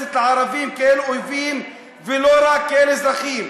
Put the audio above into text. מתייחסת אל הערבים כאל אויבים, ולא רק כאל אזרחים.